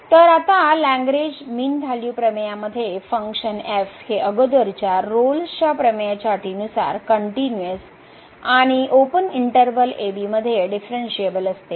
तर आता Lagrange mean value प्रमेयामध्ये फंक्शन हे अगोदरच्या रोल्सच्या प्रमेयच्या अटीनुसार कनट्युनिअस आणि ओपन इंटर्वल ab मध्ये डीफ्रनशएबल असते